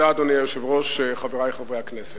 אדוני היושב-ראש, תודה, חברי חברי הכנסת,